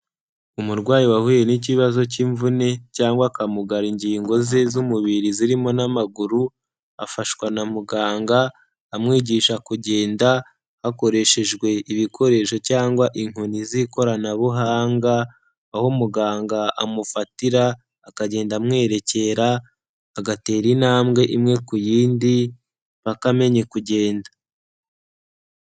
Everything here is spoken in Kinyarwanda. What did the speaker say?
Umurwayi wahuye n'ikibazo cy'imvune, cyangwa akamugara ingingo ze z'umubiri zirimo n'amaguru, afashwa na muganga amwigisha kugenda, hakoreshejwe ibikoresho cyangwa inkoni z'ikoranabuhanga, aho umuganga amufatira akagenda amwerekera, agatera intambwe imwe ku yindi mpaka amenye kugenda.